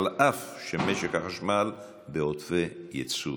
אף שמשק החשמל בעודפי ייצור,